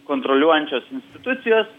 kontroliuojančios institucijos